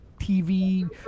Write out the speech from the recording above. tv